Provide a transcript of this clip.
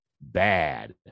bad